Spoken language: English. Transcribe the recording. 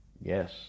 Yes